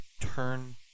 turn